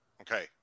Okay